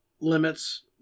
limits